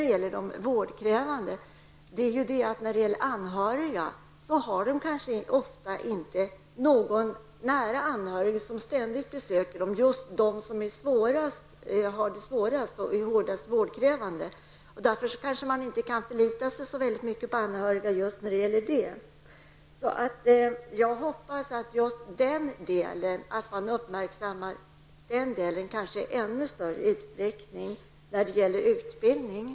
De mest vårdkrävande patienterna har ofta inte någon nära anhörig som ständigt besöker dem. Därför kan man kanske inte förlita sig på de anhöriga i sådana fall. Jag hoppas att denna kategori patienter uppmärksammas i ännu större utsträckning i utbildningen.